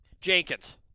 Jenkins